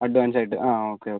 advance ആയിട്ട് okay okay